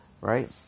right